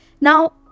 Now